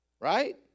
Right